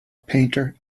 painter